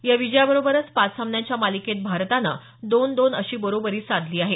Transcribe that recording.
या विजयाबोबरच पाच सामन्यांच्या मालिकेत भारतानं दोन दोन अशी बरोबरी साधली आहे